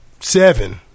Seven